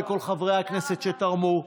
תודה רבה לכל חברי הכנסת שתרמו.